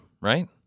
right